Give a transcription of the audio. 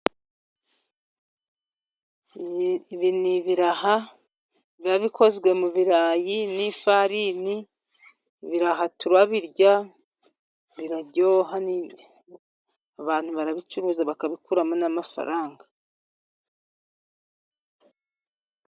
Ibi ni ibiraha biba bikozwe mu birayi n'ifarini, ibiraha tura birya biraryoha, abantu barabicuruza, bakabikuramo n'amafaranga.